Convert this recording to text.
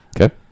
Okay